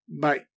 Bye